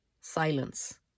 silence